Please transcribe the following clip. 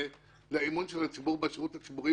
לאמון של הציבור בשירות הציבורי,